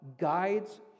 guides